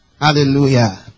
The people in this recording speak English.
Hallelujah